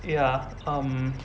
ya um